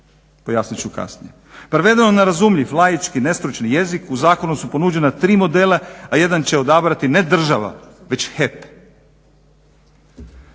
Pojasnit ću kasnije. Prevedeno na razumljiv laički nestručni jezik u zakonu su ponuđena tri modela a jedan će odabrati ne država već HEP.